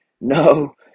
No